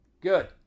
Good